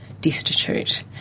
destitute